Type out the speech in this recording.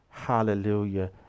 Hallelujah